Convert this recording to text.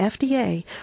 FDA